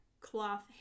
cloth